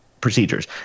procedures